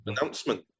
announcement